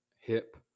hip